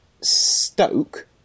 Stoke